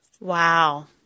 Wow